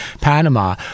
Panama